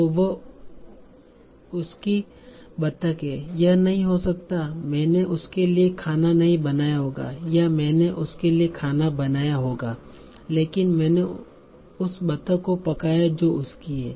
तो वह उसकी बतख है यह नहीं हो सकता है मैंने उसके लिए खाना नहीं बनाया होगा या मैंने अपने लिए खाना बनाया होगा लेकिन मैंने उस बतख को पकाया जो उसकी है